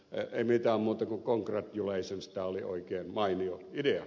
ei mitään muuta kuin congratulations tämä oli oikein mainio idea